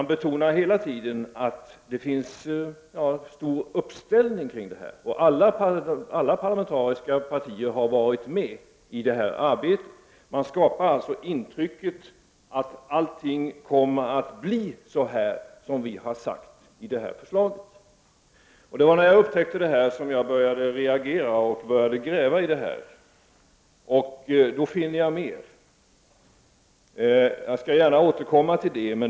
Det betonas hela tiden att det finns en stor uppslutning kring detta, att alla parlamentariska partier har varit med i detta arbete. Man skapar således intrycket att allting kommer att bli i enlighet med förslaget. Det var när jag upptäckte detta som jag började reagera och började ”gräva” i ärendet. Jag fann då mer, och jag skall gärna återkomma till detta.